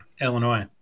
Illinois